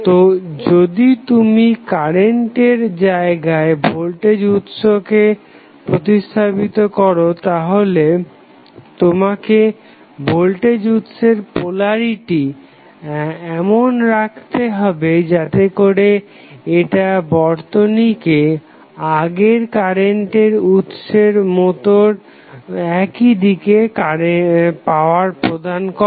তো যদি তুমি কারেন্টের জায়গায় ভোল্টেজ উৎসকে প্রতিস্থাপিত করো তাহলে তোমাকে ভোল্টেজ উৎসের পোলারিটি এমন রাখতে হবে যাতে করে এটা বর্তনীকে আগের কারেন্টের উৎসের মতো একই দিকে পাওয়ার প্রদান করে